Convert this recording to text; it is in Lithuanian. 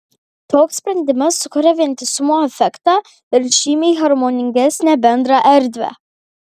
toks sprendimas sukuria vientisumo efektą ir žymiai harmoningesnę bendrą erdvę